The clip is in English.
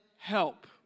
Help